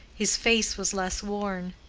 his face was less worn.